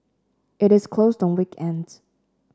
it is closed on weekends